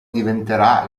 diventerà